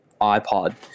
iPod